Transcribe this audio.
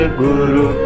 guru